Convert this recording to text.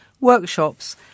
workshops